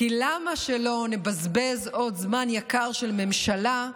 כי למה שלא נבזבז עוד זמן יקר של ממשלה,